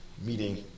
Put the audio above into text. meeting